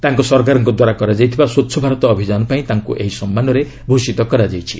ତାଙ୍କ ସରକାରଙ୍କଦ୍ୱାରା କରାଯାଇଥିବା ସ୍ୱଚ୍ଛ ଭାରତ ଅଭିଯାନପାଇଁ ତାଙ୍କୁ ଏହି ସମ୍ମାନରେ ଭୂଷିତ କରାଯାଇଛି